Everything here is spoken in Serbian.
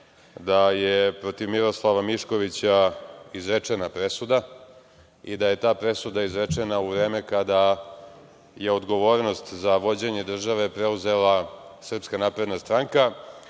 da je protiv Miroslava Miškovića izrečena presuda i da je ta presuda izrečena u vreme kada je odgovornost za vođenje države preuzela SNS? Ta gospođa